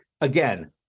again